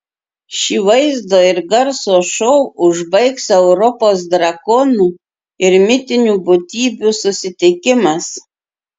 šį vaizdo ir garso šou užbaigs europos drakonų ir mitinių būtybių susitikimas